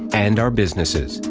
and our businesses.